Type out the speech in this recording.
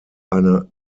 eine